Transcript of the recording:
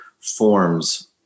forms